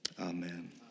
Amen